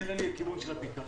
נדמה לי שזה הכיוון של הפתרון.